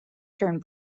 turn